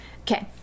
Okay